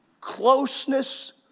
closeness